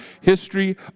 history